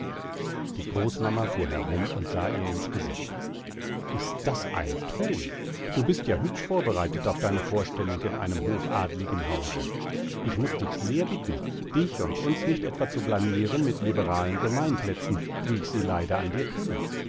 die großmama fuhr herum und sah ihr ins gesicht ist das ein ton du bist ja hübsch vorbereitet auf deine vorstellung in einem hochadligen hause ich muß dich sehr bitten dich und uns nicht etwa zu blamieren mit liberalen gemeinplätzen wie ich sie leider an dir kenne